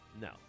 No